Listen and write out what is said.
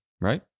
right